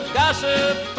gossip